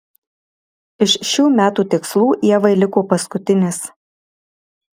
iš šių metų tikslų ievai liko paskutinis